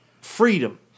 freedom